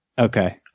Okay